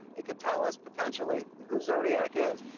it could tell us potentially who zodiac is.